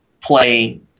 play